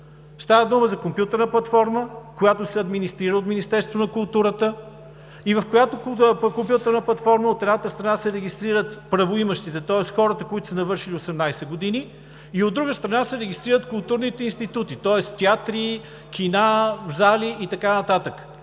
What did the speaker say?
Става дума за компютърна платформа, която се администрира от Министерството на културата, и в която компютърна платформа от едната страна се регистрират правоимащите, тоест хората, които се навършили 18 години, и, от друга страна, се регистрират културните институти, тоест театри, кина, зали и така